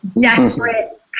desperate